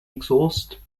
exhaust